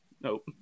nope